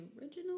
original